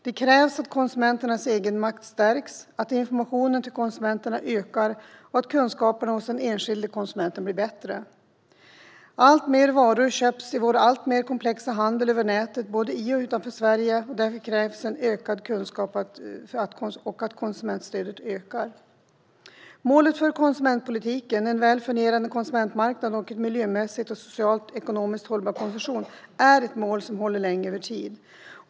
Det krävs att konsumenternas egenmakt stärks, att informationen till konsumenterna ökar och att kunskaperna hos den enskilda konsumenten blir bättre. Alltmer varor köps i vår alltmer komplexa handel över nätet både i och utanför Sverige. Därför krävs en ökad kunskap och ett ökat konsumentstöd. Målet för konsumentpolitiken är en väl fungerande konsumentmarknad och en miljömässigt, socialt och ekonomiskt hållbar konsumtion. Det är ett mål som håller länge över tid.